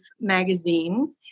magazine